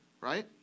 right